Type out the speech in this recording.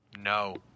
No